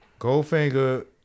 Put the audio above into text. Goldfinger